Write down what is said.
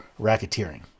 racketeering